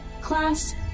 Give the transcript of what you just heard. class